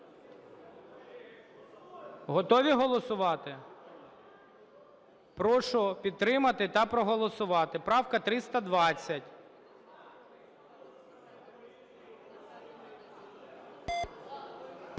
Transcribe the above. готові голосувати? Прошу підтримати та проголосувати, правка 320.